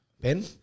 Ben